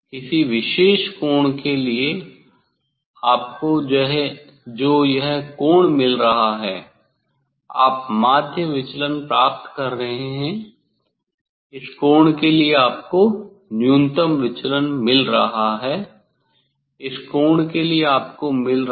किसी विशेष कोण के लिए आपको जो यह कोण मिल रहा है आप माध्य विचलन प्राप्त कर रहे हैं इस कोण के लिए आपको न्यूनतम विचलन मिल रहा है इस कोण के लिए आपको मिल रहा है